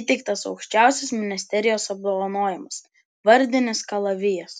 įteiktas aukščiausias ministerijos apdovanojimas vardinis kalavijas